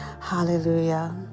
hallelujah